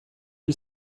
hil